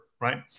right